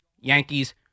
Yankees